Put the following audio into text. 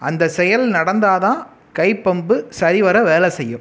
அந்த செயல் நடந்தாதான் கைப்பம்பு சரிவர வேலை செய்யும்